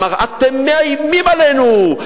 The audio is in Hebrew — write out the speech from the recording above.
אמר: אתם מאיימים עלינו,